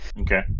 Okay